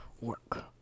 work